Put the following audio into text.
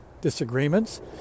disagreements